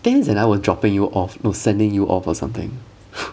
dans and I was dropping you off no sending you off or something